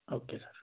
okay sir